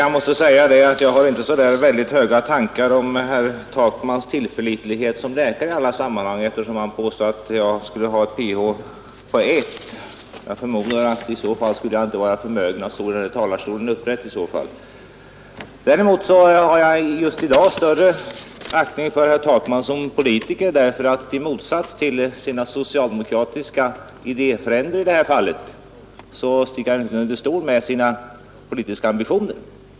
Herr talman! Jag har inte särskilt höga tankar om herr Takmans tillförlitlighet som läkare, eftersom han kan påstå att jag skulle ha ett pH på 1 — i så fall skulle jag förmodligen inte vara förmögen att stå upprätt här i talarstolen. Däremot har jag just i dag större aktning för herr Takman som politiker. I motsats till sina socialdemokratiska idéfränder sticker han inte under stol med sina politiska ambitioner.